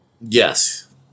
Yes